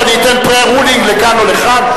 שאני אתן pre-rulling לכאן או לכאן?